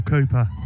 Cooper